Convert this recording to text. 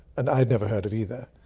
and i had never heard of either.